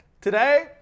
Today